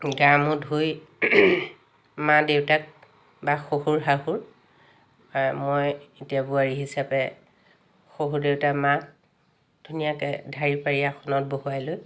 গা মূৰ ধুই মা দেউতাক বা শহুৰ শাহুৰ মই এতিয়া বোৱাৰী হিচাপে শহুৰ দেউতা মাক ধুনীয়াকৈ ঢাৰি পাৰি আসনত বহুৱাই লৈ